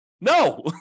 No